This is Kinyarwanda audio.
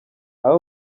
aba